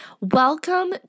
Welcome